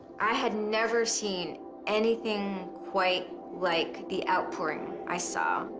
i had never seen anything quite like the outpouring i saw.